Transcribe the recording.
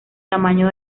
tamaño